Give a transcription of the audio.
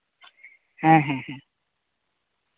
ᱦᱮᱸ ᱦᱮᱸ ᱦᱮᱸ